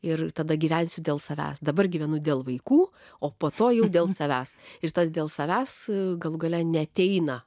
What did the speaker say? ir tada gyvensiu dėl savęs dabar gyvenu dėl vaikų o po to jau dėl savęs ir tas dėl savęs galų gale neateina